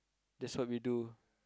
that's what we do